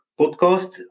podcast